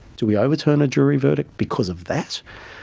do we overturn a jury verdict because of that?